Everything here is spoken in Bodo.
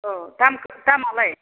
औ दामालाय